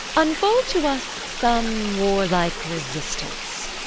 unfold to us some warlike resistance.